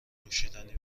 نوشیدنی